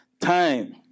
time